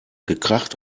gekracht